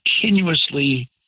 continuously